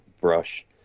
brush